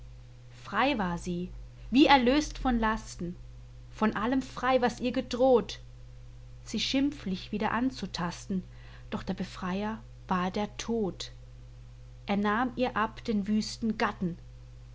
frei war sie wie erlöst von lasten von allem frei was ihr gedroht sie schimpflich wieder anzutasten doch der befreier war der tod er nahm ihr ab den wüsten gatten